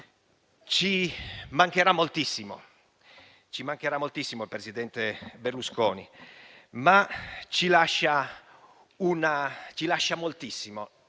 Ci mancherà moltissimo il presidente Berlusconi. Ci lascia però moltissimo,